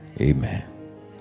Amen